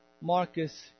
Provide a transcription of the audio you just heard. Marcus